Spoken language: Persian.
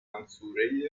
منصوره